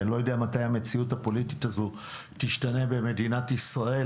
ואני לא יודע מתי המציאות הפוליטית הזאת תשתנה במדינת ישראל,